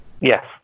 Yes